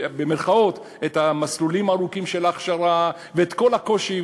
את המסלולים הארוכים של ההכשרה ואת כל הקושי,